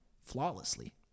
flawlessly